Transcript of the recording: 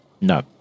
No